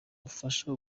gufasha